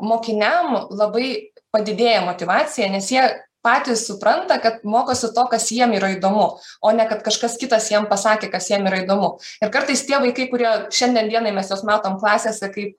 mokiniam labai padidėja motyvacija nes jie patys supranta kad mokosi to kas jiem yra įdomu o ne kad kažkas kitas jam pasakė kas jam įdomu ir kartais tie vaikai kurie šiandien dienai mes juos matom klasėse kai